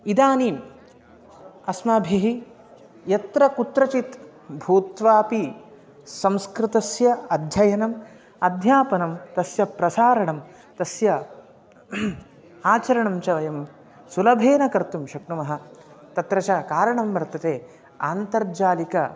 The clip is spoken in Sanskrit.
इदानीम् अस्माभिः यत्र कुत्रचित् भूत्वापि संस्कृतस्य अध्ययनम् अध्यापनं तस्य प्रसारणं तस्य आचरणं च वयं सुलभेन कर्तुं शक्नुमः तत्र च कारणं वर्तते आन्तर्जालिक